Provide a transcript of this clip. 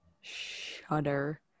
shudder